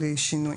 בלי שינוי.